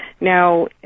Now